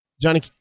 Johnny